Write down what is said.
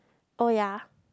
oh ya